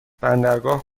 بندرگاه